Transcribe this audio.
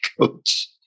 coach